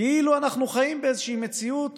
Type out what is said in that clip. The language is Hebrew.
כאילו אנחנו חיים באיזו מציאות